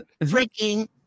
freaking